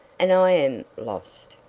and i am lost!